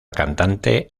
cantante